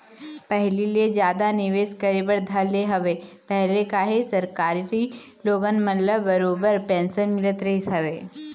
पहिली ले जादा निवेश करे बर धर ले हवय पहिली काहे सरकारी लोगन मन ल बरोबर पेंशन मिलत रहिस हवय